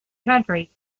country